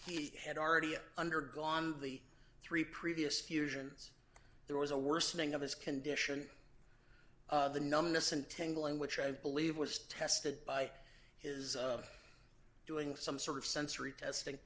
he had already undergone the three previous fusions there was a worsening of his condition the numbness and tingling which i believe was tested by his doing some sort of sensory testing